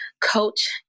Coach